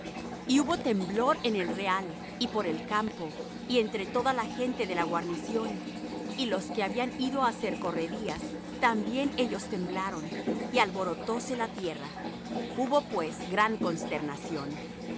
y hubo temblor en el real y por el campo y entre toda la gente de la guarnición y los que habían ido á hacer correrías también ellos temblaron y alborotóse la tierra hubo pues gran consternación